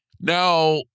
Now